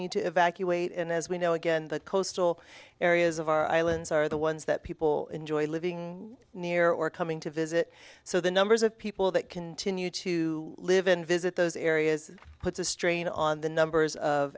need to evacuate and as we know again the coastal areas of our islands are the ones that people enjoy living near or coming to visit so the numbers of people that continue to live and visit those areas puts a strain on the numbers of